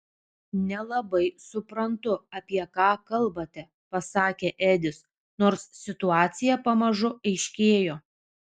nelabai suprantu apie ką kalbate pasakė edis nors situacija pamažu aiškėjo